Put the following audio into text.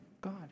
God